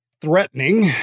threatening